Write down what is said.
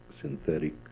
synthetic